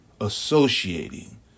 associating